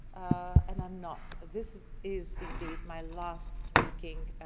and i'm not, this is indeed my last speaking